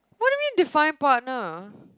what do you mean define partner